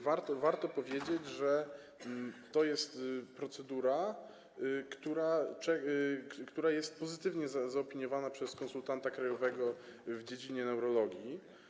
Warto powiedzieć, że to jest procedura, która jest pozytywnie zaopiniowana przez konsultanta krajowego w dziedzinie neurologii.